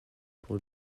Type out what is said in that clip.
pour